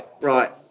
right